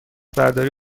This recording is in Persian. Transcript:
برداری